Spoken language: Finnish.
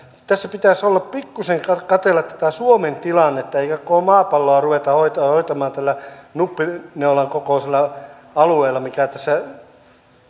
tässä pitäisi pikkuisen katsella tätä suomen tilannetta eikä koko maapalloa ruveta hoitamaan tällä nuppineulankokoisella alueella mikä tässä